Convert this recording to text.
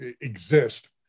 exist